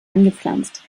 angepflanzt